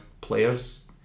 players